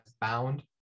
bound